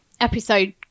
episode